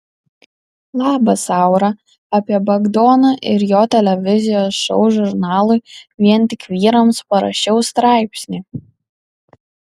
labas aura apie bagdoną ir jo televizijos šou žurnalui vien tik vyrams parašiau straipsnį